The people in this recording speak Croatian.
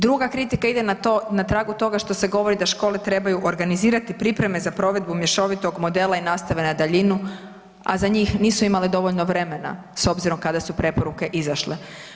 Druga kritika ide na to, na tragu toga što se govori da škole trebaju organizirati pripreme za provedbu mješovitog modela i nastave na daljinu, a za njih nisu imale dovoljno vremena, s obzirom kada su preporuke izašle.